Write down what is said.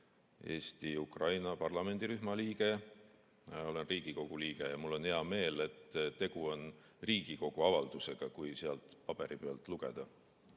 Eesti-Ukraina parlamendirühma liige ja olen Riigikogu liige. Mul on hea meel, et tegu on Riigikogu avaldusega, kui sealt paberi pealt lugeda.